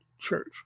church